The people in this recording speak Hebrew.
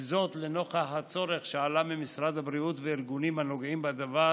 לנוכח הצורך שעלה ממשרד הבריאות וארגונים הנוגעים בדבר